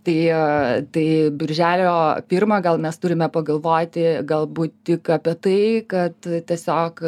tai tai birželio pirmą gal mes turime pagalvoti galbūt tik apie tai kad tiesiog